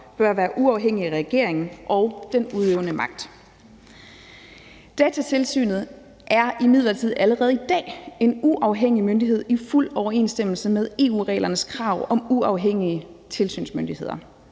bør være uafhængige af regeringen og den udøvende magt. Datatilsynet er imidlertid allerede i dag en uafhængig myndighed i fuld overensstemmelse med EU-reglernes krav om uafhængige tilsynsmyndigheder.